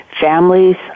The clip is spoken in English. Families